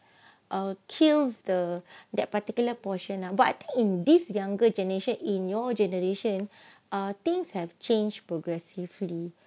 err kills the that particular portion lah but in this younger generation in your generation err things have changed progressively